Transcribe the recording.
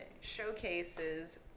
showcases